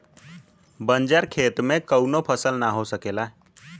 बंजर खेत में कउनो फसल ना हो सकेला